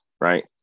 right